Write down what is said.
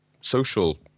social